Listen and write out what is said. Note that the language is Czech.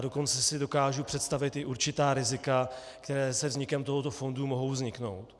Dokonce si dokážu představit i určitá rizika, které se vznikem tohoto fondu mohou vzniknout.